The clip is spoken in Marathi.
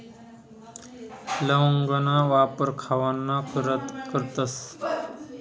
लवंगना वापर खावाना करता करतस